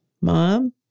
mom